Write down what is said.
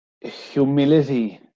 humility